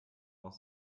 noch